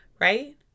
right